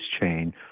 chain